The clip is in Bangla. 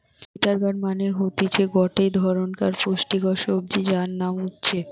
বিটার গার্ড মানে হতিছে গটে ধরণকার পুষ্টিকর সবজি যার নাম উচ্ছে